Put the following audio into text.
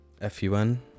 f-u-n